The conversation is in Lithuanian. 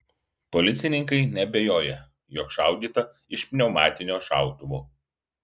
policininkai neabejoja jog šaudyta iš pneumatinio šautuvo